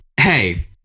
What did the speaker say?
hey